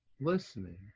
listening